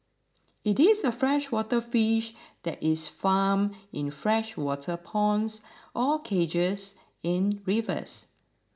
it is a freshwater fish that is farmed in freshwater ponds or cages in rivers